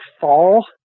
fall